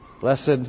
Blessed